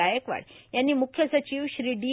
गायकवाड यांनी म्रुख्य सचिव श्री डी